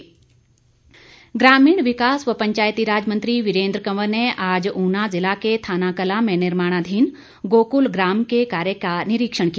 निरीक्षण ग्रामीण विकास व पंचायती राज मंत्री वीरेंद्र कंवर ने आज ऊना जिला के थानाकलां में निर्माणाधीन गोकुल ग्राम के कार्य का निरीक्षण किया